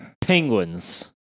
Penguins